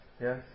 Yes